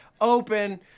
Open